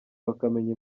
bakamenya